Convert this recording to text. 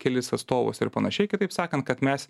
kelis atstovus ir panašiai kitaip sakant kad mes